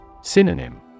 Synonym